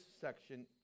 section